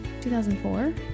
2004